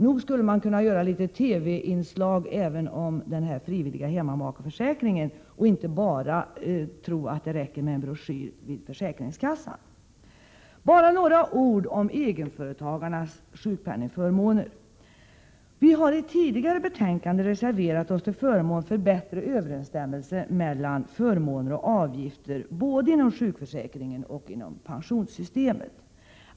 Nog skulle man kunna göra några TV-inslag även om den frivilliga hemmamakeförsäkringen och inte bara tro att det räcker med att det finns en broschyr på försäkringskassan. Bara några ord om egenföretagarnas sjukpenningförmåner. Vi har i tidigare betänkande reserverat oss till förmån för bättre överensstämmelse mellan förmåner och avgifter både inom sjukförsäkringen och inom pensionssystemet.